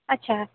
আচ্ছা